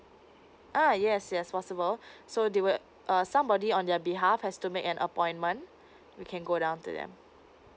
uh yes yes possible so they will uh somebody on their behalf has to make an appointment we can go down to them